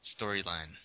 storyline